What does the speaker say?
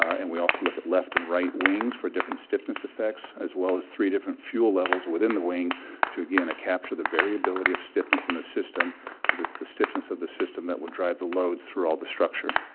and we also look at left and right wings for different stiffness effects as well as three different fuel levels within the wing to again capture the variability of stiffness in the system cause it's the stiffness of the system that will drive the loads through all the structure.